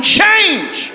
change